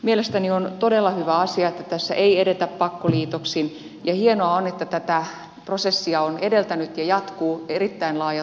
mielestäni on todella hyvä asia että tässä ei edetä pakkoliitoksin ja hienoa on että tätä prosessia on edeltänyt ja jatkuu erittäin laajat kuulemiset